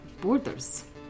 borders